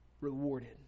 rewarded